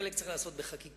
חלק צריך להיעשות בחקיקה,